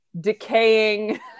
decaying